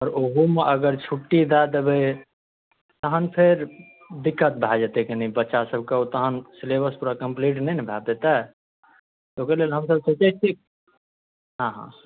आओर ओहूमे अगर छुट्टी दए देबै तहन फेर दिक्कत भए जेतै कनी बच्चा सबके ओ तहन सिलेबस पूरा कम्प्लीट नहि ने भए पेतै ओकरे लेल हमसब सोचै छी हँ हँ